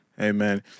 Amen